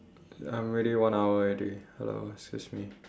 I'm already one hour already hello excuse me